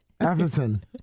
Everson